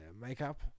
makeup